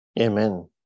Amen